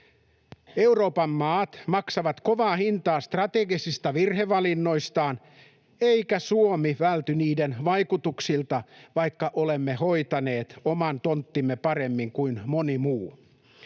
Euroopan maat maksavat kovaa hintaa strategisista virhevalinnoistaan, eikä Suomi välty niiden vaikutuksilta, vaikka olemme hoitaneet oman tonttimme paremmin kuin moni muu.